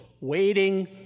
waiting